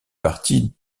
partie